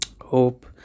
hope